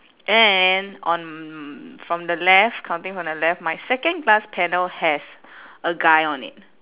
and on from the left counting from the left my second glass panel has a guy on it